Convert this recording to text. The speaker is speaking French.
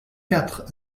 quatre